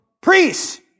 priests